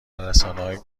رسانههای